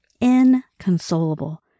Inconsolable